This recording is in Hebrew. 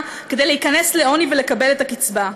כדי להיכנס לעוני ולקבל את הקצבה.